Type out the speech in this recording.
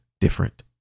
different